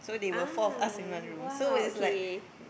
ah !wow! okay